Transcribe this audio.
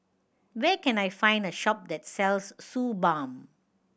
where can I find a shop that sells Suu Balm